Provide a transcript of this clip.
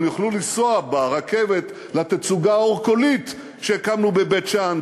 הם יוכלו לנסוע ברכבת לתצוגה האור-קולית שהקמנו בבית-שאן,